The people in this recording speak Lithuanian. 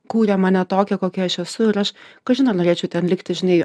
kūrė mane tokią kokia aš esu ir aš kažin ar norėčiau ten likti žinai